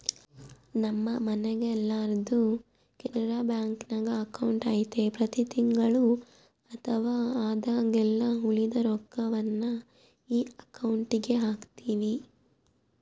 ನಮ್ಮ ಮನೆಗೆಲ್ಲರ್ದು ಕೆನರಾ ಬ್ಯಾಂಕ್ನಾಗ ಅಕೌಂಟು ಐತೆ ಪ್ರತಿ ತಿಂಗಳು ಅಥವಾ ಆದಾಗೆಲ್ಲ ಉಳಿದ ರೊಕ್ವನ್ನ ಈ ಅಕೌಂಟುಗೆಹಾಕ್ತಿವಿ